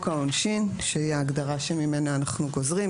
העונשין שהיא ההגדרה ממנה אנחנו גוזרים.